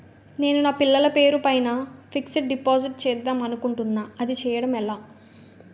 నేను నా పిల్లల పేరు పైన ఫిక్సడ్ డిపాజిట్ చేద్దాం అనుకుంటున్నా అది చేయడం ఎలా?